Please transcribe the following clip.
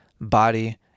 body